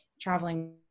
traveling